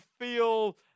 feel